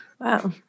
Wow